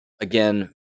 again